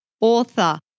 author